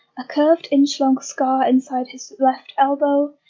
a curved inch-long scar inside his left elbow,